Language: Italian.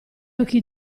occhi